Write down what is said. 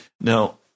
Now